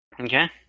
Okay